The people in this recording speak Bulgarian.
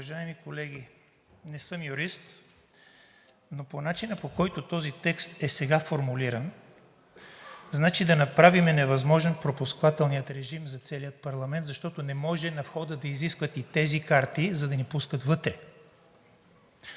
Уважаеми колеги, не съм юрист, но начинът, по който този текст е формулиран, значи да направим невъзможен пропускателния режим за целия парламент, защото не може на входа да ни изискват и тези карти, за да ни пускат вътре.